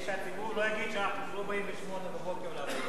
שהציבור לא יגיד שאנחנו לא באים ב-08:00 לישיבות.